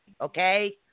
Okay